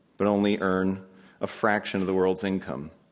but only earn a fraction of the world's income.